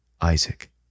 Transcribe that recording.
Isaac